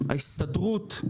ההסתדרות,